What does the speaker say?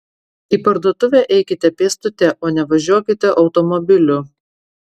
į parduotuvę eikite pėstute o ne važiuokite automobiliu